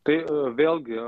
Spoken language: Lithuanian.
tai vėlgi